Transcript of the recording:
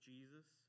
Jesus